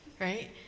right